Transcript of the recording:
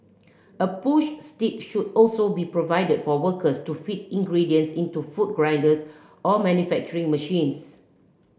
a push stick should also be provided for workers to feed ingredients into food grinders or manufacturing machines